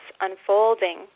unfolding